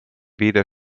weder